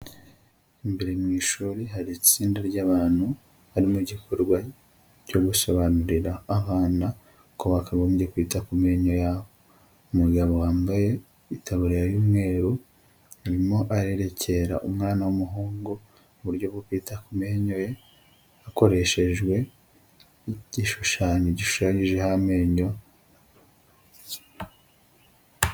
Imbere mu ishuri hari itsinda ry'abantu bari mu gikorwa cyo gusobanurira abana ko bakagombye kwita ku menyo yabo, umugabo wambaye itabariya y'umweru arimo arerekera umwana w'umuhungu uburyo bwo kwita ku menyo ye hakoreshejwe igishushanyo gishushanyijeho amenyo.